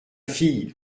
fille